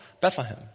Bethlehem